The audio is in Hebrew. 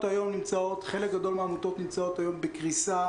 חלק גדול מהעמותות נמצאות היום בקריסה